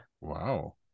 Wow